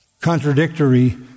contradictory